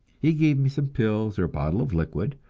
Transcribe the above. he gave me some pills or a bottle of liquid,